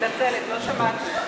אני מתנצלת, לא שמעתי.